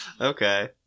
Okay